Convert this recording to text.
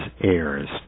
heirs